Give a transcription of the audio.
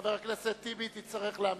חבר הכנסת טיבי, תצטרך להמתין.